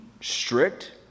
strict